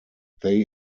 they